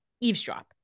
eavesdrop